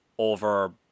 over